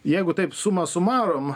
jeigu taip suma sumarum